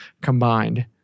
combined